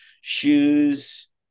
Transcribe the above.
shoes